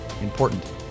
important